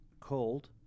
cold